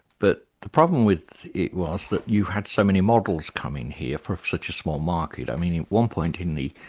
but the problem with it was that you had so many models coming here for such a small market. i mean at one point, in about